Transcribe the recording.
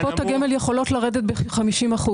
קופות הגמל יכולות לרדת ב-50%.